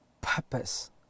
purpose